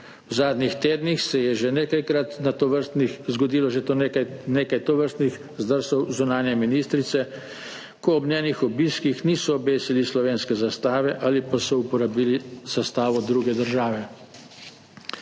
V zadnjih tednih se je zgodilo že nekaj tovrstnih zdrsov zunanje ministrice, ko ob njenih obiskih niso obesili slovenske zastave ali pa so uporabili zastavo druge države.